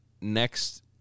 next